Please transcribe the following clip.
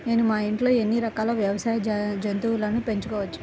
నేను మా ఇంట్లో ఎన్ని రకాల వ్యవసాయ జంతువులను పెంచుకోవచ్చు?